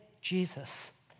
Jesus